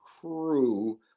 crew